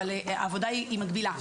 אבל העבודה היא מקבילה.